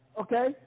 Okay